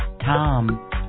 Tom